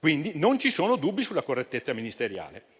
Non ci sono pertanto dubbi sulla correttezza ministeriale.